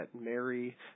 Mary